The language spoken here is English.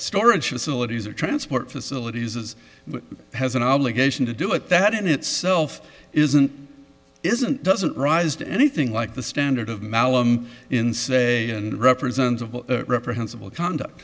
storage facilities or transport facilities as has an obligation to do it that in itself isn't isn't doesn't rise to anything like the standard of mallam in say and represents of reprehensible conduct